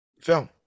film